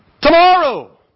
Tomorrow